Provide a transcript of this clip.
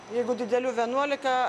jeigu didelių vienuolika